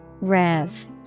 Rev